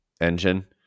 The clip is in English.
engine